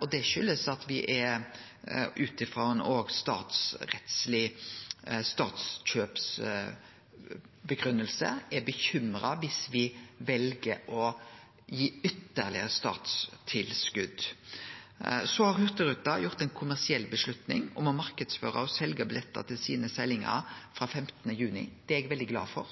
og det kjem av at me òg statsrettsleg, ut frå ei statskjøpsgrunngiving, er bekymra viss me vel å gi ytterlegare statstilskot. Hurtigruten har tatt ei kommersiell avgjerd om å marknadsføre og selje billettar til seglingane sine frå 15. juni. Det er eg veldig glad for.